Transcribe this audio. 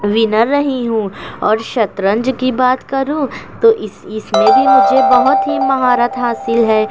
winner رہی ہوں اور شطرنج کی بات کروں تو اس اس میں بھی مجھے بہت ہی مہارت حاصل ہے